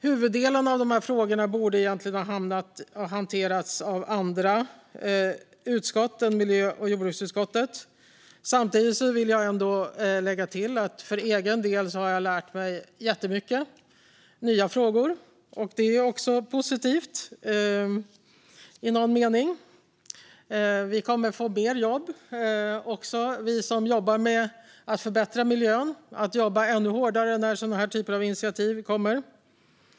Huvuddelen av frågorna borde egentligen ha hanterats av andra utskott än miljö och jordbruksutskottet. Samtidigt vill jag ändå lägga till att jag för egen del har lärt mig mycket om nya frågor, och det är ju också positivt i någon mening. Vi som jobbar för att förbättra miljön kommer också att få mer jobb. Vi får jobba ännu hårdare när sådana här initiativ kommer.